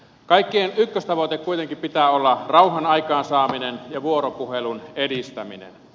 kaikkien ykköstavoitteen kuitenkin pitää olla rauhan aikaansaaminen ja vuoropuhelun edistäminen